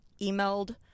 emailed